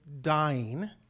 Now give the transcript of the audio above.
dying